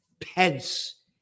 Pence